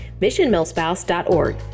missionmillspouse.org